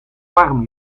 warm